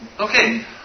Okay